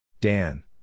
Dan